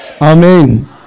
Amen